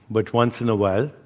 but once in a while,